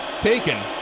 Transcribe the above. taken